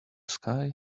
sky